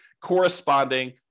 corresponding